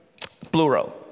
Plural